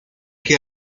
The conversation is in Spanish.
que